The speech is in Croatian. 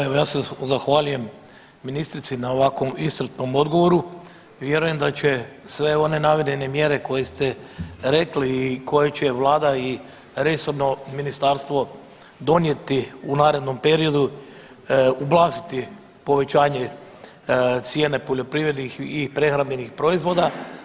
Evo ja se zahvaljujem ministrici na ovakvom iscrpnom odgovoru i vjerujem da će sve one navedene mjere koje ste rekli i koje će vlada i resorno ministarstvo donijeti u narednom periodu ublažiti povećanje cijene poljoprivrednih i prehrambenih proizvoda.